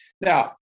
Now